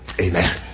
Amen